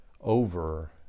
over